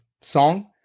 song